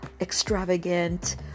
extravagant